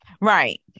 right